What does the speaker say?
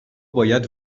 باید